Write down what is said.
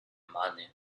money